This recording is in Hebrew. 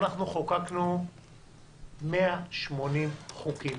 אנחנו חוקקנו 180 חוקים